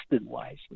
wisely